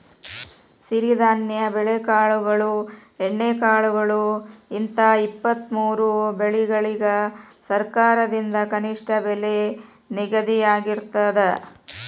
ಸಿರಿಧಾನ್ಯ ಬೆಳೆಕಾಳುಗಳು ಎಣ್ಣೆಕಾಳುಗಳು ಹಿಂತ ಇಪ್ಪತ್ತಮೂರು ಬೆಳಿಗಳಿಗ ಸರಕಾರದಿಂದ ಕನಿಷ್ಠ ಬೆಲೆ ನಿಗದಿಯಾಗಿರ್ತದ